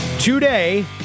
Today